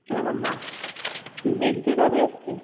एवं वा विद्युदपि अस्ति